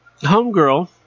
homegirl